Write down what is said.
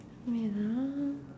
wait ah